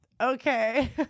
Okay